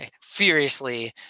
furiously